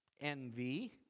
Envy